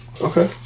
Okay